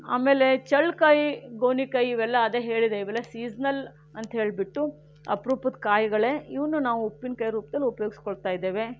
ಆಮೇಲೆ ಚಳ್ಳಕಾಯಿ ಗೋಣಿಕಾಯಿ ಇವೆಲ್ಲ ಅದೇ ಹೇಳಿದೆ ಇವೆಲ್ಲ ಸೀಸ್ನಲ್ ಅಂತ ಹೇಳಿಬಿಟ್ಟು ಅಪರೂಪದ ಕಾಯಿಗಳೇ ಇವನ್ನೂ ನಾವು ಉಪ್ಪಿನಕಾಯಿ ರೂಪದಲ್ಲಿ ಉಪಯೋಗಿಸ್ಕೊಳ್ತಾ ಇದ್ದೇವೆ